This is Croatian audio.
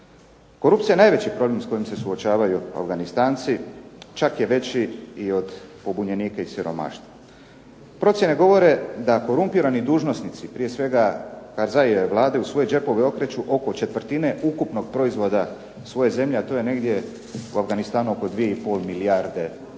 Korupcija je najveći problem s kojim se suočavaju Afganistanci čak je već i od pobunjenika i siromaštva. Procjene govore da korumpirani dužnosti prije svega ... vlade u svoje džepove okreću oko četvrtine ukupnog proizvoda svoje zemlje, a to je negdje u Afganistanu oko 2,5 milijarde dolara.